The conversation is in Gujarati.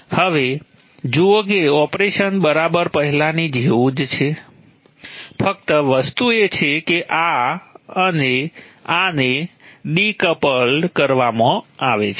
હવે જુઓ કે ઓપરેશન બરાબર પહેલાંની જેવું જ છે ફક્ત વસ્તુ એ છે કે આ અને આને ડીકપલ્ડ કરવામાં આવે છે